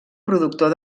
productor